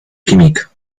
química